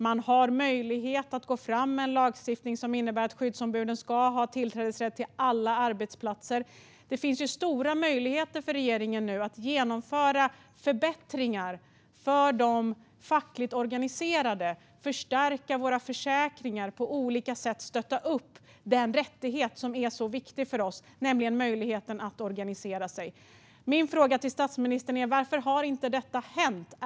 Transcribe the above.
Man har möjlighet att gå fram med en lagstiftning som innebär att skyddsombuden ska ha tillträdesrätt till alla arbetsplatser. Det finns stora möjligheter för regeringen att nu genomföra förbättringar för de fackligt organiserade. Det handlar om att förstärka våra försäkringar och på olika sätt stötta den rättighet som är så viktig, nämligen rätten att organisera sig. Min fråga till statsministern är: Varför har inte detta hänt?